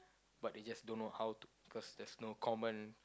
but they just don't know how to because there's no common